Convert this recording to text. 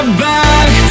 back